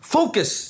Focus